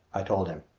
i told him.